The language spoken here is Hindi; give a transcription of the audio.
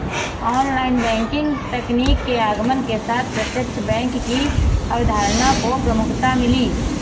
ऑनलाइन बैंकिंग तकनीक के आगमन के साथ प्रत्यक्ष बैंक की अवधारणा को प्रमुखता मिली